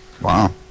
Wow